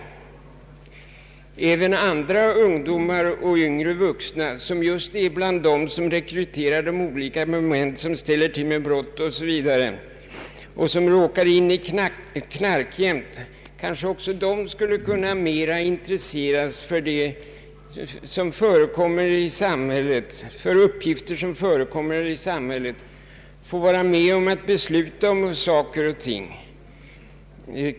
Kanske även andra ungdomar och yngre vuxna — i den grupp som begår brottsliga gärningar, kommer med i knarkgäng o.s. v. — mera borde intresseras för det som sker i samhället och få vara med och besluta om saker och ting.